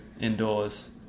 indoors